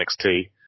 NXT